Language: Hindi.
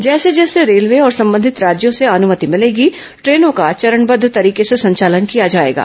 जैसे जैसे रेलवे और संबंधित राज्यों से अनुमति मिलेगी ट्रेनों का चरणबद्ध तरीके से संचालन किया जाएगा